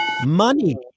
Money